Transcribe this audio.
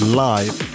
live